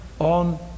on